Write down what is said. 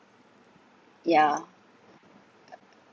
yeah